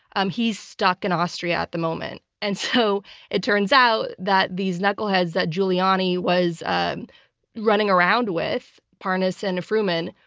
um he's stuck in austria at the moment. and so it turns out that these knuckleheads that giuliani was ah running around with, parnas and fruman,